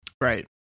Right